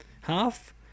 half